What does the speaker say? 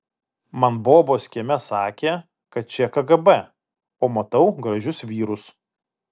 man bobos kieme sakė kad čia kgb o matau gražius vyrus